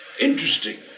interesting